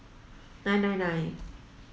nine nine nine